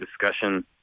discussion